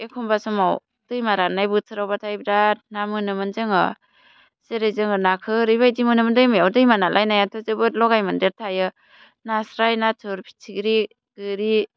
एखम्बा समाव दैमा राननाय बोथोराव बाथाय बिराथ ना मोनोमोन जोङो जेरै जोङो नाखौ ओरैबादि मोनोमोन दैमायाव दैमा नालाय नायाथ' जोबोद लगायमोन्देर थायो नास्राइ नाथुर फिथिख्रि गोरि